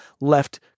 left